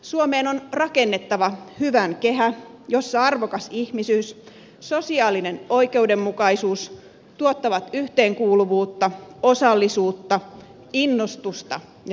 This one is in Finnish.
suomeen on rakennettava hyvän kehä jossa arvokas ihmisyys ja sosiaalinen oikeudenmukaisuus tuottavat yhteenkuuluvuutta osallisuutta innostusta ja hyvää elämää